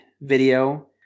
video